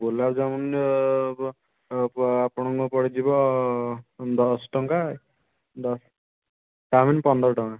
ଗୋଲାପଜାମୁନ୍ ଆପଣଙ୍କର ପଡ଼ିଯିବ ଦଶ ଟଙ୍କା ଦଶ ଚାଉମିନ୍ ପନ୍ଦର ଟଙ୍କା